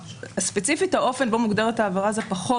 ספציפית האופן בו מוגדרת העבירה זה פחות